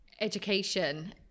education